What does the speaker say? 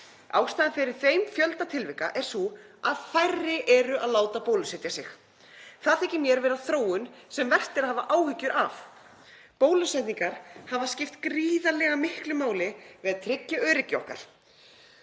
Ástæðan fyrir þeim fjölda tilvika er sú að færri eru að láta bólusetja sig. Það þykir mér vera þróun sem vert er að hafa áhyggjur af. Bólusetningar hafa skipt gríðarlega miklu máli við að tryggja öryggi okkar.